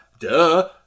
duh